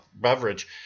beverage